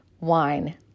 wine